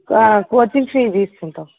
coaching fees తీసుకుంటాం